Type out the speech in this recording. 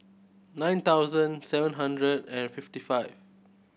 nine thousand seven hundred and fifty five